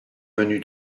venu